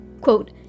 Quote